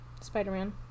Spider-Man